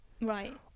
right